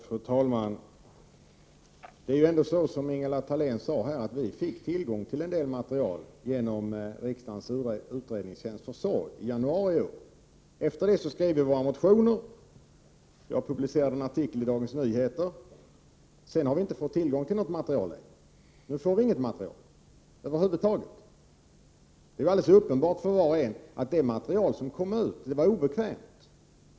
Fru talman! Det är ändå så, som Ingela Thalén sade, att vi fick tillgång till en del material genom riksdagens utredningstjänsts försorg i januari i år. Efter det skrev vi våra motioner, och jag publicerade en artikel i Dagens Nyheter. Sedan har vi inte fått och får inte tillgång till något material över huvud taget. Det är helt uppenbart för var och en att det material som kom ut var obekvämt.